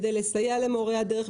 כדי לסייע למורי הדרך,